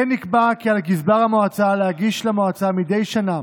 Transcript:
כמו כן נקבע כי על גזבר המועצה להגיש למועצה מדי שנה